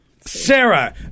Sarah